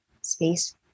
space